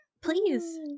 please